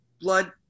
blood